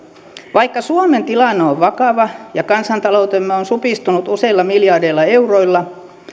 vaikka suomen tilanne on vakava ja kansantaloutemme on supistunut useilla miljardeilla euroilla